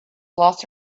lost